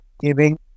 giving